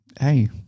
Hey